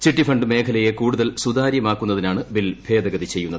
ചിട്ടിഫ മേഖലയെ കൂടുതൽ സുതാര്യമാക്കുന്നതിനാണ് ബിൽ ഭേദഗതി ചെയ്യുന്നത്